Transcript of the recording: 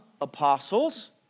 apostles